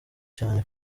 cyane